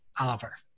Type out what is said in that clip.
Oliver